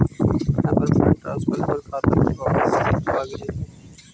हमर fund transfer हमर खाता में वापस आगईल हे